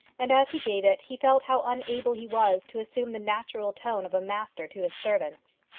and as he gave it he felt how unable he was to assume the natural tone of a master to his servants.